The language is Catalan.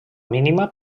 mínima